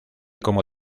como